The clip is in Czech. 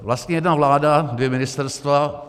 Vlastně jedna vláda, dvě ministerstva.